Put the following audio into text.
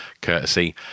courtesy